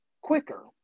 quicker